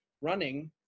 running